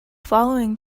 following